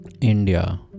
India